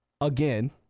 again